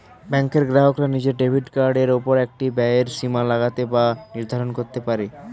ব্যাঙ্কের গ্রাহকরা নিজের ডেবিট কার্ডের ওপর একটা ব্যয়ের সীমা লাগাতে বা নির্ধারণ করতে পারে